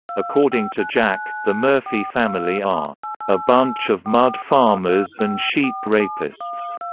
according to jack, the murphy family are a bunch of mud farmers and sheep rapists.